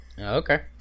Okay